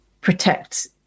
protect